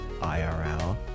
IRL